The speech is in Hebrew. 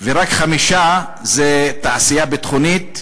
ורק חמישה הם מהתעשייה הביטחונית,